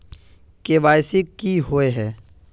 KYC की हिये है?